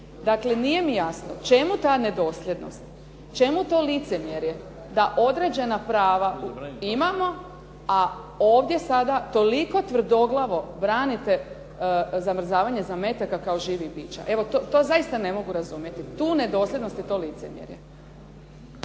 Dakle, nije mi jasno čemu ta nedosljednost. Čemu to licemjerje da određena prava imamo, a ovdje sada toliko tvrdoglavo branite zamrzavanje zametaka kao živih bića? Evo to zaista ne mogu razumjeti, tu nedosljednost i to licemjerje.